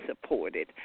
supported